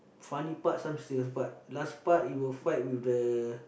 funny part some serious part last part he will fight with the